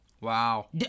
Wow